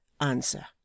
answer